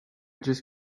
just